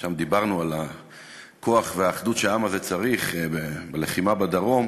ושם דיברנו על הכוח והאחדות שהעם הזה צריך בלחימה בדרום,